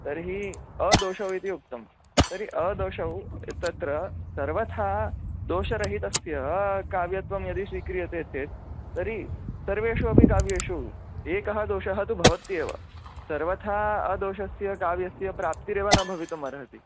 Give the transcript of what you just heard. तर्हि अदोषौ इति उक्तं तर्हि अदोषौ तत्र सर्वथा दोषरहितस्य काव्यत्वं यदि स्वीक्रियते चेत् तर्हि सर्वेषु अपि काव्येषु एकः दोषः तु भवत्येव सर्वथा अदोषस्य काव्यस्य प्राप्तिरेव न भवितुमर्हति